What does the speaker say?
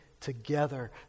together